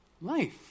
Life